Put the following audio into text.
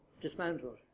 dismantled